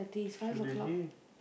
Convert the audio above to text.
so did he